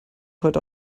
heute